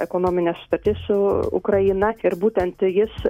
ekonominė sutartis su ukraina ir būtent jis